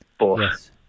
Yes